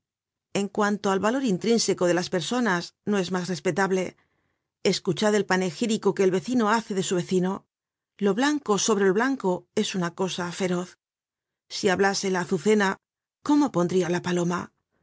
en cuanto al valor intrínseco de las personas no es mas respetable escuchad el panegírico que el vecino hace de su vecino lo blanco sobre lo blanco es una cosa feroz si hablase la azucena cómo pondria á la paloma